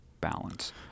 balance